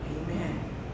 amen